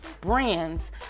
brands